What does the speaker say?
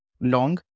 long